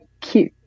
cute